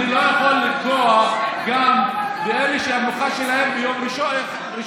אני לא יכול לקבוע שגם מי שהמנוחה שלהם היא ביום ראשון,